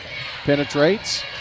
Penetrates